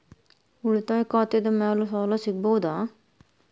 ಉಳಿತಾಯ ಖಾತೆದ ಮ್ಯಾಲೆ ಸಾಲ ಸಿಗಬಹುದಾ?